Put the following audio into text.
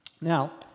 Now